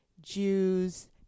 Jews